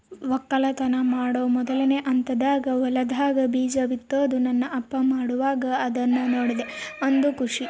ವಕ್ಕಲತನ ಮಾಡೊ ಮೊದ್ಲನೇ ಹಂತದಾಗ ಹೊಲದಾಗ ಬೀಜ ಬಿತ್ತುದು ನನ್ನ ಅಪ್ಪ ಮಾಡುವಾಗ ಅದ್ನ ನೋಡದೇ ಒಂದು ಖುಷಿ